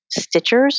Stitchers